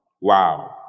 Wow